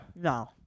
no